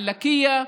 על לקיה,